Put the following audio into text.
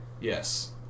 Yes